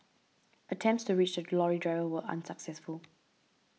attempts to reach the lorry driver were unsuccessful